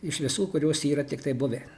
iš visų kurios yra tiktai buvę